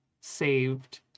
saved